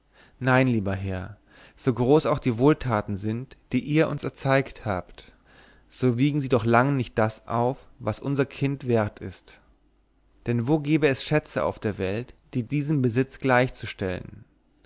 nein lieber herr so groß auch die wohltaten sind die ihr uns erzeigt habt so wiegen sie doch lange nicht das auf was uns unser kind wert ist denn wo gäbe es schätze der welt die diesem besitz gleichzustellen